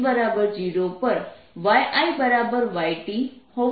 તેથી x0 પર yIyT હોવું જોઈએ